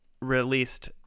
released